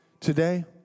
Today